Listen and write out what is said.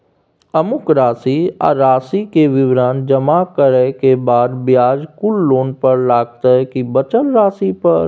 अमुक राशि आ राशि के विवरण जमा करै के बाद ब्याज कुल लोन पर लगतै की बचल राशि पर?